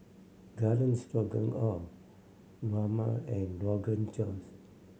Garden Stroganoff Rajma and Rogan Josh